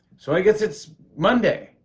so i guess it's monday.